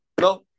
No